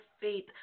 faith